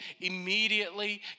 immediately